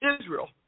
Israel